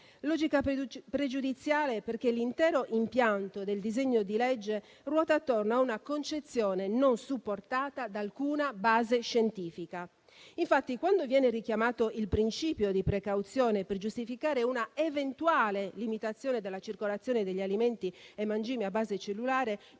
logica è pregiudiziale perché l'intero impianto del disegno di legge ruota attorno a una concezione non supportata da alcuna base scientifica. Infatti, quando viene richiamato il principio di precauzione per giustificare un'eventuale limitazione della circolazione degli alimenti e dei mangimi a base cellulare,